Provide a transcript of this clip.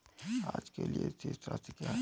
आज के लिए शेष राशि क्या है?